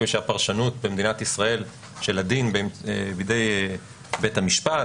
למעשה שהפרשנות במדינת ישראל של הדין בידי בית המשפט,